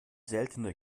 seltene